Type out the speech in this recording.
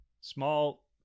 Small